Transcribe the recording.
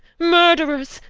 murtherers!